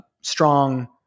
strong